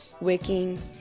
wicking